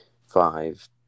five